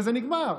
וזה נגמר,